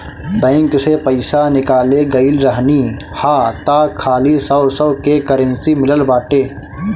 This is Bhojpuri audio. बैंक से पईसा निकाले गईल रहनी हअ तअ खाली सौ सौ के करेंसी मिलल बाटे